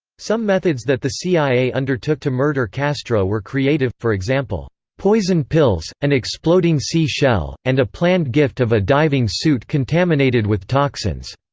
some methods that the cia undertook to murder castro were creative, for example poison pills, an exploding sea shell, and a planned gift of a diving suit contaminated with toxins.